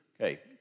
Okay